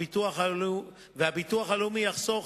הביטוח הלאומי יחסוך